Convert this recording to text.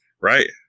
Right